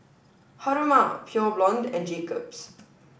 Haruma Pure Blonde and Jacob's